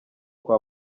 kwa